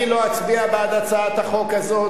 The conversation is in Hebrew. אני לא אצביע בעד הצעת החוק הזאת,